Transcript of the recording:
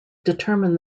determine